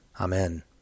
Amen